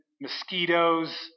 mosquitoes